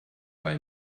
war